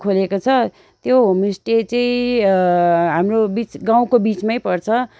खोलेको छ त्यो होमस्टे चाहिँ हाम्रो बिच गाउँको बिचमै पर्छ